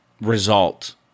result –